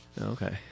Okay